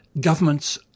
governments